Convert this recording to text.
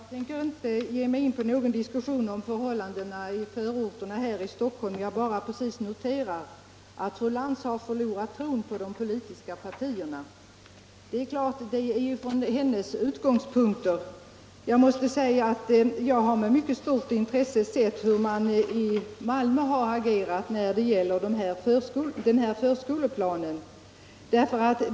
Herr talman! Jag tänker inte ge mig in på någon diskussion om förhållandena i förorterna till Stockholm. Jag bara noterar att fru Lantz förlorat tron på de politiska partierna. Det är från hennes utgångspunkt - jag har med mycket stort intresse sett hur man i Malmö agerat när det gäller förskoleplanen.